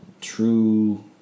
true